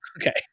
Okay